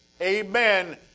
amen